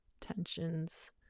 tensions